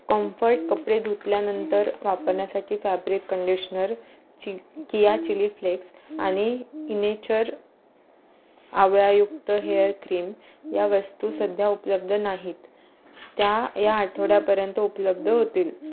comfort कपडे धुतल्यानंतर वापरण्यासाठी फॅब्रिक कंडिशनर चि किया चिलीफ्लेक्स आणि इनेचर आवळायुक्त हेअर क्रीम या वस्तू सध्या उपलब्ध नाहीत त्या या आठवड्यापर्यंत उपलब्ध होतील